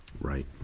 Right